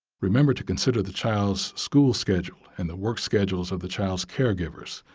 remember to consider the child's school schedule and the work schedules of the child's caregivers.